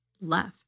left